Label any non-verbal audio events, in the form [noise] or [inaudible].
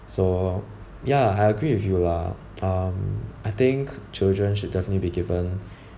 so ya I agree with you lah um I think children should definitely be given [breath]